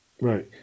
Right